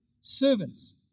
Servants